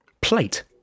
Plate